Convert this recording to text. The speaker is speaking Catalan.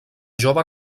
jove